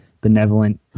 benevolent